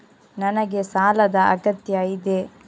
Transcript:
ನನಗೆ ಸಾಲದ ಅಗತ್ಯ ಇದೆ?